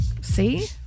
See